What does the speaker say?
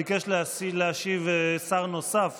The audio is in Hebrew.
ביקש להשיב שר נוסף